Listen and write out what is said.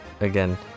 again